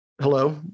hello